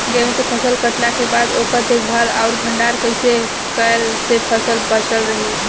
गेंहू के फसल कटला के बाद ओकर देखभाल आउर भंडारण कइसे कैला से फसल बाचल रही?